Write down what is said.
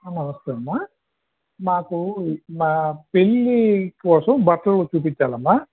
ఆ నమస్తే అమ్మ మాకు మా పెళ్ళి కోసం బట్టలు చుపించాలమ్మ